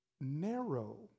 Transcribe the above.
narrow